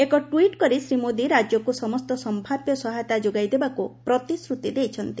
ଏକ ଟ୍ୱିଟ୍ କରି ଶ୍ରୀ ମୋଦି ରାଜ୍ୟକୁ ସମସ୍ତ ସମ୍ଭାବ୍ୟ ସହାୟତା ଯୋଗାଇଦେବାକୁ ପ୍ରତିଶ୍ରତି ଦେଇଛନ୍ତି